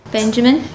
Benjamin